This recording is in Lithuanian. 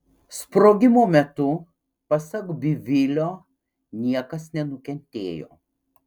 sprogimo metu pasak bivilio niekas nenukentėjo